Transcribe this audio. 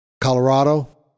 Colorado